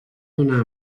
donar